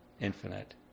infinite